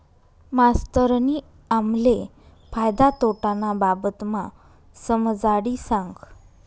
मास्तरनी आम्हले फायदा तोटाना बाबतमा समजाडी सांगं